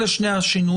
אלה שני השינויים.